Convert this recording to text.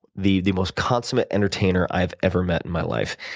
the the most consummate entertainer i've ever met in my life.